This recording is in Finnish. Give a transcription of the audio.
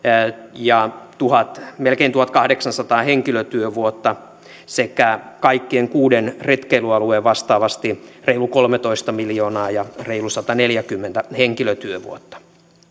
ja melkein tuhatkahdeksansataa henkilötyövuotta sekä kaikkien kuuden retkeilyalueen vastaavasti reilu kolmetoista miljoonaa ja reilu sataneljäkymmentä henkilötyövuotta